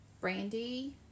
Brandy